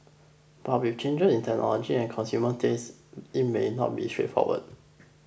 but with changes in technology and consumer tastes it may not be straightforward